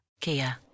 Kia